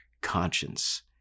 conscience